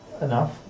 Enough